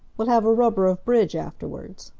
we'll have a rubber of bridge afterwards.